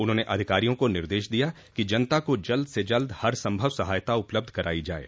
उन्होंने अधिकारियों को निर्देश दिया कि जनता को जल्द से जल्द हरसंभव सहायता उपलब्ध कराई जाये